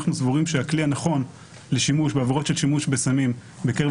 אנחנו סבורים שהכלי הנכון לשימוש בעבירות של שימוש בסמים בקרב